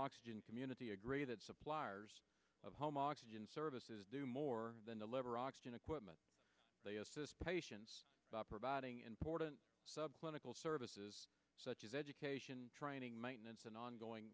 oxygen community agree that suppliers of home oxygen services do more than deliver oxygen equipment they assist patients by providing important subclinical services such as education training maintenance and ongoing